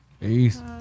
Peace